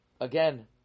Again